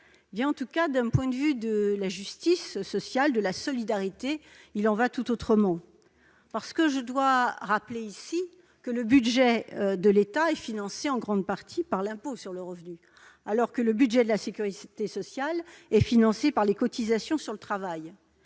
inconvénient. Du point de vue de la justice sociale et de la solidarité, il en va tout autrement. Je dois rappeler ici que le budget de l'État est financé en grande partie par l'impôt sur le revenu, alors que le budget de la sécurité sociale est financé par les cotisations sur le travail.